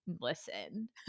listen